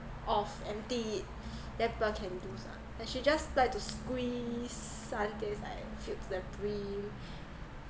of empty then people can use ah then she just like to squeeze until like filled the brim